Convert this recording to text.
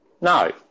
No